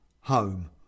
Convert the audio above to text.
home